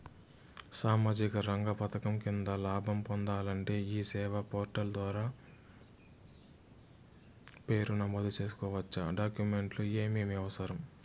సామాజిక రంగ పథకం కింద లాభం పొందాలంటే ఈ సేవా పోర్టల్ ద్వారా పేరు నమోదు సేసుకోవచ్చా? డాక్యుమెంట్లు ఏమేమి అవసరం?